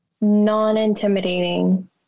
non-intimidating